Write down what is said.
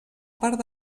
part